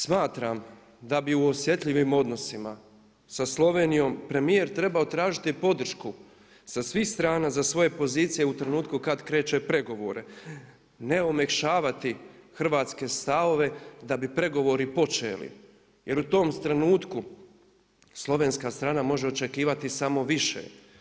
Smatram da bi u osjetljivim odnosima sa Slovenijom premijer trebao tražiti podršku sa svih strana za svoje pozicije u trenutku kada kreće u pregovore, ne omekšavati hrvatske stavove da bi pregovori počeli jer u tom trenutku slovenska strana može očekivati samo više.